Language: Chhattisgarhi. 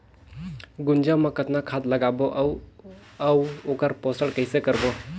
गुनजा मा कतना खाद लगाबो अउ आऊ ओकर पोषण कइसे करबो?